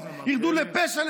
ירדו לפשע,